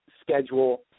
schedule